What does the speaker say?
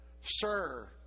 Sir